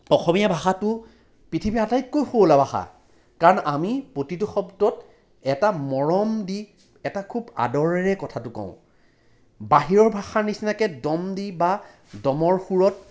অসমীয়া ভাষাটো পৃথিৱীৰ আটাইতকৈ শুৱলা ভাষা কাৰণ আমি প্ৰতিটো শব্দত এটা মৰম দি এটা খুব আদৰেৰে কথাটো কওঁ বাহিৰৰ ভাষাৰ নিচিনাকৈ দম দি বা দমৰ সুৰত